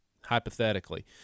hypothetically